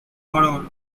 horror